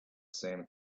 same